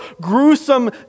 gruesome